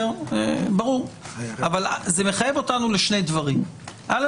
זה מחייב אותנו לשני דברים: א.